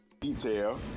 detail